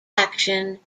action